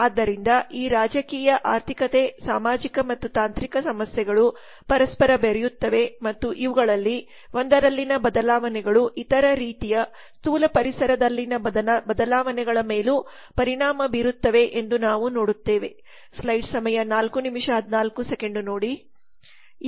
ಆದ್ದರಿಂದ ಈ ರಾಜಕೀಯ ಆರ್ಥಿಕತೆ ಸಾಮಾಜಿಕ ಮತ್ತು ತಾಂತ್ರಿಕ ಸಮಸ್ಯೆಗಳು ಪರಸ್ಪರ ಬೆರೆಯುತ್ತಿವೆ ಮತ್ತು ಇವುಗಳಲ್ಲಿ ಒಂದರಲ್ಲಿನ ಬದಲಾವಣೆಗಳು ಇತರ ರೀತಿಯ ಸ್ಥೂಲ ಪರಿಸರದಲ್ಲಿನ ಬದಲಾವಣೆಗಳ ಮೇಲೂ ಪರಿಣಾಮ ಬೀರುತ್ತವೆ ಎಂದು ನಾವು ನೋಡುತ್ತೇವೆ